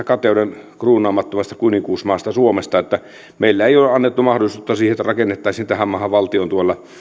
kateuden kruunaamattomasta kuninkuusmaasta suomesta ei ole annettu mahdollisuutta siihen että rakennettaisiin valtion tuella